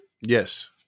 Yes